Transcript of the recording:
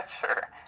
sure